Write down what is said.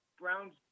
Browns